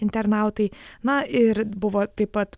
internautai na ir buvo taip pat